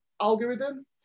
algorithm